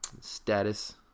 status